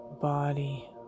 body